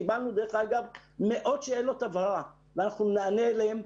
קיבלנו מאות שאלות הבהרה ואנחנו נענה עליהן.